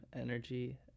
energy